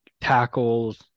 tackles